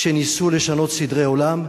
שניסו לשנות סדרי עולם,